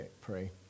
pray